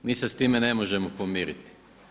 Mi se s time ne možemo pomiriti.